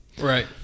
Right